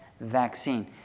vaccine